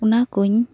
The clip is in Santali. ᱚᱱᱟ ᱠᱩᱧ